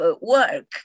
work